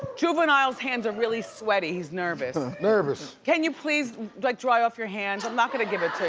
juvenile's hands are really sweaty, he's nervous. nervous. can you please like dry off your hands, i'm not gonna give it to